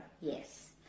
Yes